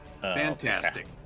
Fantastic